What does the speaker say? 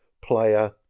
player